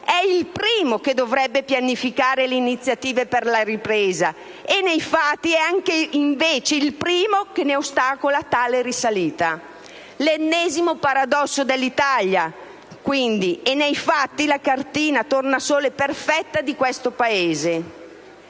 è il primo che dovrebbe pianificare le iniziative per la ripresa e nei fatti è, invece, il primo che ostacola tale risalita. L'ennesimo paradosso dell'Italia, quindi, e nei fatti la cartina al tornasole perfetta di questo Paese.